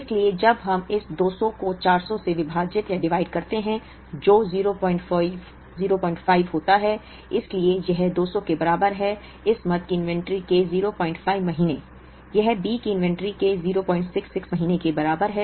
इसलिए जब हम इस 200 को 400 से विभाजित डिवाइड करते हैं जो 05 होता है इसलिए यह 200 के बराबर है इस मद की इन्वेंट्री के 05 महीने यह बी की इन्वेंट्री के 066 महीने के बराबर है